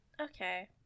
Okay